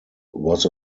was